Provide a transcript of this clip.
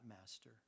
master